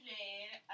Jade